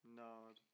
nod